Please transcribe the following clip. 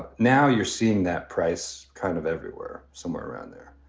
but now you're seeing that price kind of everywhere, somewhere around there,